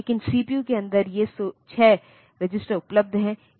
केवल सीपीयू के अंदर ये 6 रजिस्टर उपलब्ध हैं